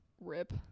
Rip